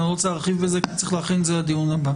אני לא רוצה להרחיב על זה כי צריך להכין את זה לדיון הבא.